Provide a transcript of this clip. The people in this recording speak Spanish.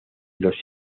los